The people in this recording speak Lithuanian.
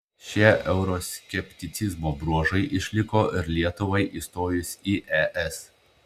šie euroskepticizmo bruožai išliko ir lietuvai įstojus į es